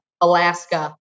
alaska